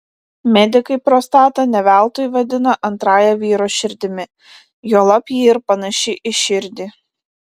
medikai prostatą ne veltui vadina antrąja vyro širdimi juolab ji ir panaši į širdį